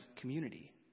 community